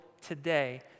today